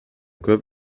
көп